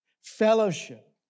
fellowship